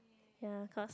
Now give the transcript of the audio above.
ya cause